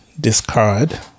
discard